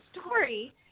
story